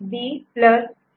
AD